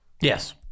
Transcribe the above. Yes